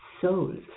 souls